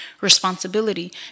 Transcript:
responsibility